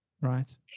Right